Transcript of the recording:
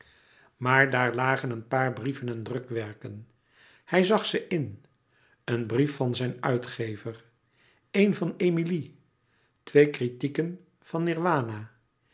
maar daar lagen een paar brieven en drukwerken hij zag ze in een brief van zijn uitgever een van emilie twee kritieken van